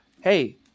hey